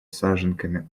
саженками